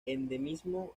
endemismo